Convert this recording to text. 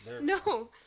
No